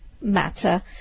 matter